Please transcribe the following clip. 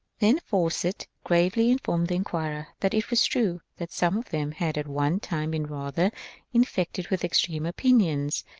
then fawcett gravely informed the inquirer that it was true that some of them had at one time been rather infected with extreme opinions,